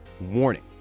warning